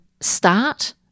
start